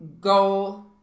goal